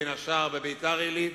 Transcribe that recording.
בין השאר בביתר-עילית,